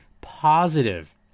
positive